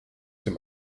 dem